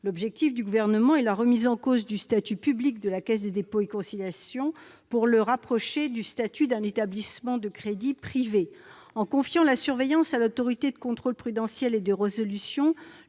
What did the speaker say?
L'objectif du Gouvernement est la remise en cause du statut public de la Caisse des dépôts et consignations pour le rapprocher du statut d'un établissement de crédit privé. En confiant la surveillance à l'Autorité de contrôle prudentiel et de résolution,